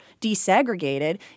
desegregated